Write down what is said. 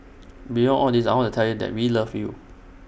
beyond all this I want to tell you that we love you